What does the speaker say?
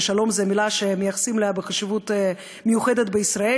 "שלום" זו מילה שמייחסים לה חשיבות מיוחדת בישראל,